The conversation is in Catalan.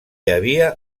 havia